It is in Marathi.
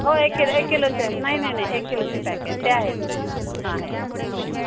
हो एक किलो एक किलोचे नाही नाही नाही एक किलोचे पॅक आहेत ते आहेत आहे आहे हो